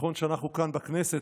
נכון שאנחנו כאן בכנסת,